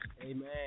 Amen